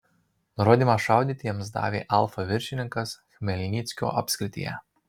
nurodymą šaudyti jiems davė alfa viršininkas chmelnyckio apskrityje